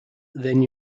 then